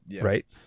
Right